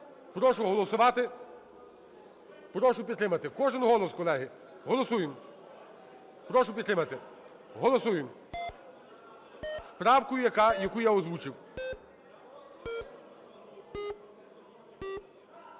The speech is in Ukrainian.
Прошу голосувати. Прошу підтримати. Кожен голос, колеги. Голосуємо. Прошу підтримати. Голосуємо. З правкою, яку я озвучив.